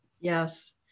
Yes